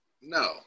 No